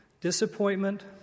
disappointment